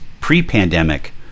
pre-pandemic